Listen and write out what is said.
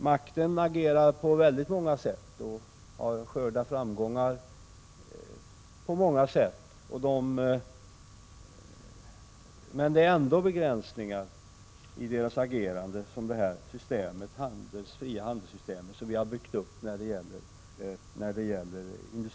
Makten agerar på 11 december 1986 väldigt många sätt och skördar framgångar på många sätt - men det ——— frihandelssystem som vi byggt upp innebär ändå begränsningar i dess Utrikeshandels: agerande.